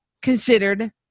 considered